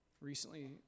Recently